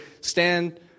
Stand